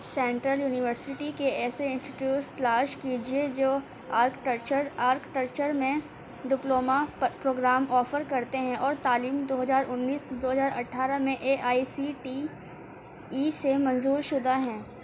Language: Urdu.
سینٹرل یونیورسٹی کے ایسے انسٹیٹیوٹس تلاش کیجیے جو آرکٹیکچر آرکٹیکچر میں ڈپلومہ پ پروگرام آفر کرتے ہیں اور تعلیم دو ہزار انیس دو ہزار اٹھارہ میں A I C T E سے منظور شدہ ہیں